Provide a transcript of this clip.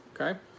okay